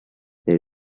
there